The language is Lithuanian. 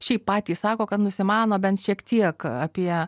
šiaip patys sako kad nusimano bent šiek tiek apie